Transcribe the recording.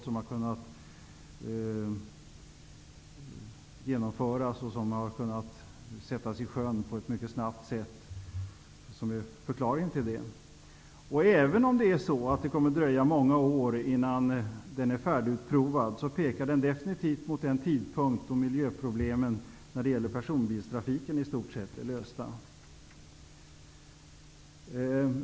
Förklaringen till att det kunde gå så snabbt ligger i en rad tekniska genombrott. Även om det kommer att dröja många år innan den är färdigutprovad pekar den definitivt mot den tidpunkt då miljöproblemen när det gäller personbilstrafiken i stort sett är lösta.